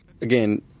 Again